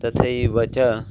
तथैव च